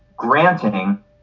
granting